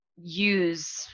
use